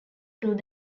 through